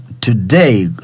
today